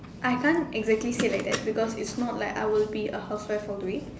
I can't exactly say like that because it's not like I will be a housewife all the way